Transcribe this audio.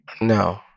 No